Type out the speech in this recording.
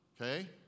okay